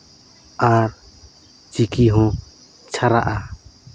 ᱟᱨ ᱪᱤᱠᱤ ᱦᱚᱸ ᱪᱷᱟᱨᱟᱜᱼᱟ